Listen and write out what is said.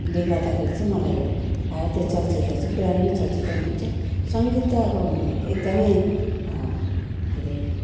ले गर्दाखेरि चाहिँ मलाई भारतीय चलचित्र चाहिँ पुरानै चलचित्र मन पर्छ सङ्गीत त अब एकदमै के हरे